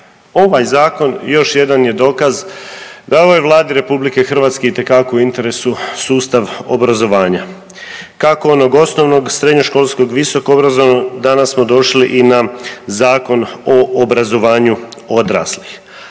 ovaj zakon još jedan je dokaz da je ovoj Vladi RH itekako u interesu sustav obrazovanja kako onog osnovnog, srednjoškolskog, visoko obrazovnog danas smo došli i na Zakon o obrazovanju odraslih.